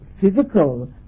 physical